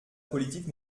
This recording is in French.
politique